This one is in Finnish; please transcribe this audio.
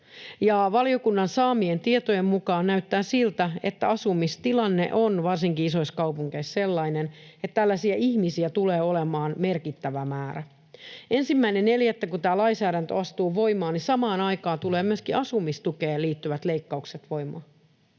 Valiokunnan saamien tietojen mukaan näyttää siltä, että asumistilanne on varsinkin isoissa kaupungeissa sellainen, että tällaisia ihmisiä tulee olemaan merkittävä määrä. Kun tämä lainsäädäntö 1.4. astuu voimaan, niin samaan aikaan tulevat myöskin asumistukeen liittyvät leikkaukset voimaan.